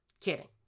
Kidding